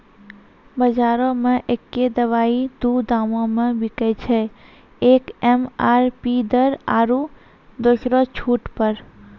बजारो मे एक्कै दवाइ दू दामो मे बिकैय छै, एक एम.आर.पी दर आरु दोसरो छूट पर